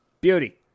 Beauty